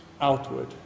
outward